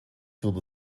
würde